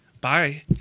bye